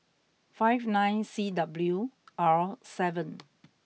five nine C W R seven